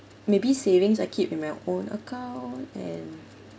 maybe savings I keep in my own account and